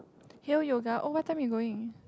hale yoga oh what time you going